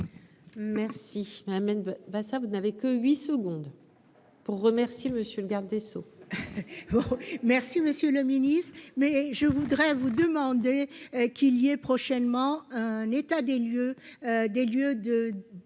Merci amène bah ça vous n'avez que 8 secondes pour remercier monsieur le garde des Sceaux, merci. Si Monsieur le Ministre, mais je voudrais vous demander qui liait prochainement un état des lieux des lieux